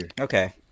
Okay